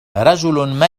رجل